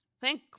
Thank